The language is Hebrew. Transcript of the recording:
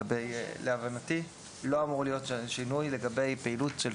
להבנתי לא אמור להיות שינוי לגבי פעילות של